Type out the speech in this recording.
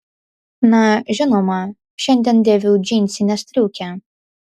na žinoma šiandien dėviu džinsinę striukę